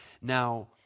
Now